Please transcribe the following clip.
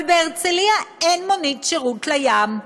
אבל בהרצליה אין מונית שירות לים.